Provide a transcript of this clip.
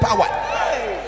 power